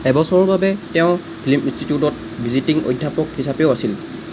এবছৰৰ বাবে তেওঁ ফিল্ম ইনষ্টিটিউটত ভিজিটিং অধ্যাপক হিচাপেও আছিল